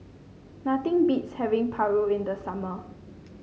nothing beats having Paru in the summer